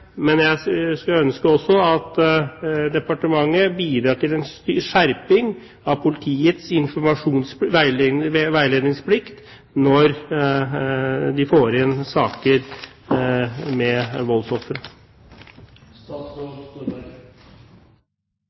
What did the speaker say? men jeg skulle ønske at departementet bidrar til en skjerping av politiets veiledningsplikt når de får inn saker med